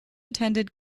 attended